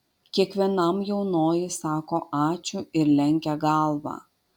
kiekvienam jaunoji sako ačiū ir lenkia galvą